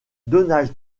donald